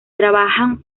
trabajan